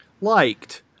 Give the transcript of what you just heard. liked